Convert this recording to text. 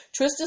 Trista